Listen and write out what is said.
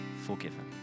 forgiven